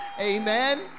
Amen